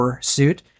suit